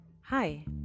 Hi